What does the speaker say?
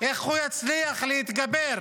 איך הוא יצליח להתגבר